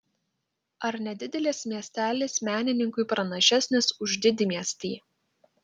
ar nedidelis miestelis menininkui pranašesnis už didmiestį